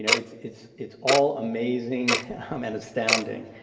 you know it's it's it's all amazing um and astounding.